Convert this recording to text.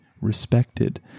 respected